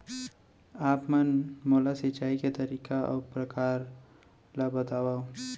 आप मन मोला सिंचाई के तरीका अऊ प्रकार ल बतावव?